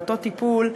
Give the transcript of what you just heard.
לאותו טיפול,